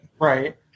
Right